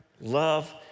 love